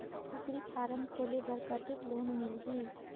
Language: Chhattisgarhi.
कूकरी फारम खोले बर कतेक लोन मिलही?